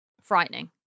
Frightening